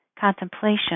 contemplation